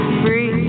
free